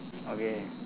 okay